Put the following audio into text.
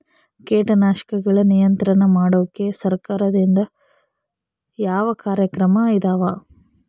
ಕೇಟನಾಶಕಗಳ ನಿಯಂತ್ರಣ ಮಾಡೋಕೆ ಸರಕಾರದಿಂದ ಯಾವ ಕಾರ್ಯಕ್ರಮ ಇದಾವ?